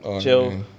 chill